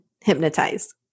hypnotized